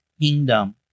kingdom